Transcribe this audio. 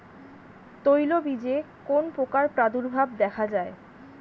তৈলবীজে কোন পোকার প্রাদুর্ভাব দেখা যায়?